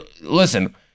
listen